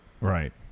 right